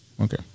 Okay